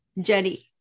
Jenny